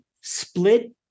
split